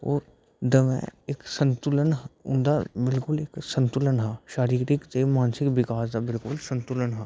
ओह् दमैं इक्क संतुलन हा बिलकुल इंदा इक्क संतुलन हा शारीरिक ते मानसिक विकास दा उंदा इक्क संतुलन हा